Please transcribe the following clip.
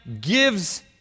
gives